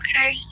okay